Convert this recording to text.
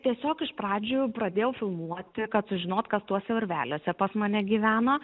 tiesiog iš pradžių pradėjau filmuoti kad sužinot kas tuose urveliuose pas mane gyvena